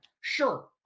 Sure